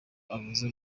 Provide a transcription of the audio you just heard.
avuze